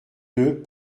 deux